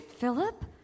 Philip